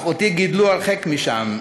/ גדלו וצמחו ילדי, / אך אותי גידלו הרחק משם.